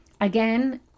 Again